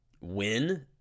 win